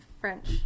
French